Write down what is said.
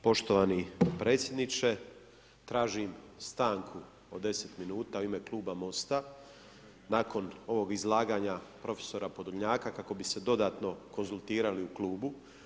Poštovani predsjedniče, tražim stanku od 10 minuta u ime kluba MOST-a nakon ovog izlaganja prof. Podolnjaka kako bi se dodatno konzultirali u klubu.